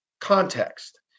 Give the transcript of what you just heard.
context